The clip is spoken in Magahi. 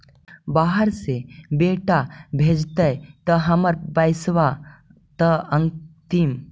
बाहर से बेटा भेजतय त हमर पैसाबा त अंतिम?